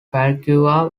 paraguay